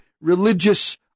religious